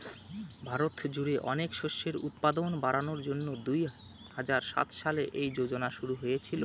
ভারত জুড়ে অনেক শস্যের উৎপাদন বাড়ানোর জন্যে দুই হাজার সাত সালে এই যোজনা শুরু হয়েছিল